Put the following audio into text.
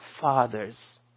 Fathers